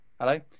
Hello